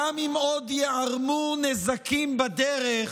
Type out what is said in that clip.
גם אם עוד ייערמו נזקים בדרך,